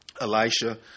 Elisha